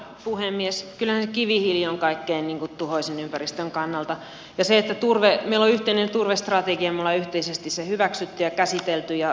kyllähän se kivihiili on kaikkein tuhoisin ympäristön kannalta ja meillä on yhteinen turvestrategia me olemme yhteisesti sen hyväksyneet ja käsitelleet